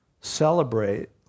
celebrate